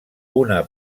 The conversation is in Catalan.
una